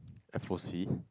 I foresee